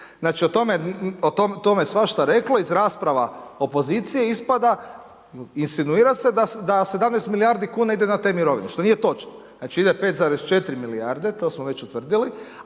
znači o tome svašta se reklo, iz rasprava opozicije ispada, insinuira se da 17 milijardi kuna ide na te mirovine što nije točno, znači ide 5,4 milijarde, to smo već utvrdili,